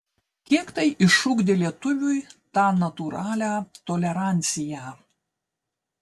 kiek tai išugdė lietuviui tą natūralią toleranciją